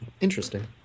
Interesting